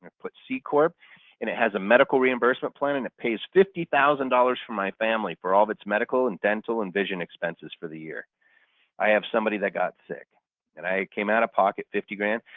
put c-corp and it has a medical reimbursement plan and it pays fifty thousand dollars for my family for all of its medical and dental and vision expenses for the year i have somebody that got sick and i came out of pocket fifty grand,